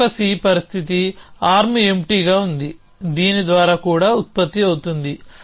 మరొక C పరిస్థితి arm ఎంప్టీగా ఉంది దీని ద్వారా కూడా ఉత్పత్తి అవుతుంది